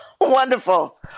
Wonderful